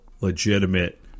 legitimate